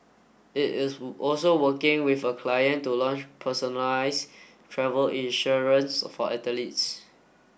it is also working with a client to launch personalised travel insurance for athletes